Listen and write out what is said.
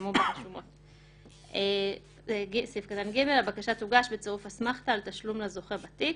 שיפורסמו ברשומות הבקשה תוגש בצירוף אסמכתה על תשלום לזוכה בתיק,